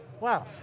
Wow